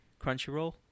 Crunchyroll